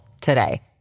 today